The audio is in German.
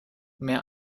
mehr